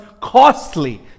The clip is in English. costly